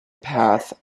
path